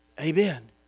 Amen